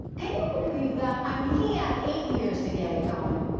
can you believe that? i mean he had eight years to get it going.